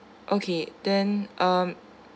okay then um